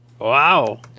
wow